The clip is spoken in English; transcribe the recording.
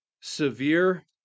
severe